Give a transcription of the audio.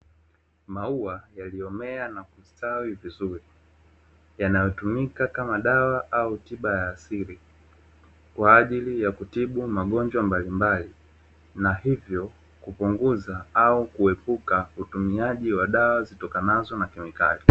Maua yaliomea na kustawi vizuri yanayotumika kama dawa au tiba ya asili kwaajili ya kutibu magonjwa mbalimbali na hivyo kupunguza au kuepuka utumiaji wa dawa zitokanazo na kemikali.